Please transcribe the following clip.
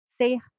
say